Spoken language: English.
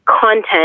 content